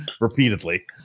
repeatedly